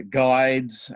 guides